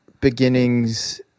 beginnings